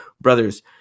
brothers